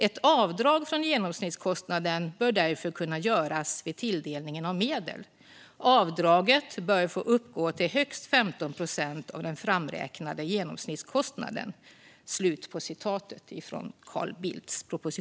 Ett avdrag från genomsnittskostnaden bör därför kunna göras vid tilldelningen av medel. Avdraget bör få uppgå till högst 15 procent av den framräknade genomsnittskostnaden."